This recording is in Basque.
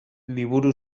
liburu